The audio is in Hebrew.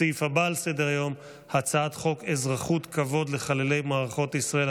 הסעיף הבא על סדר-היום, הצעת חוק אזרחות כבוד לחללי מערכות ישראל,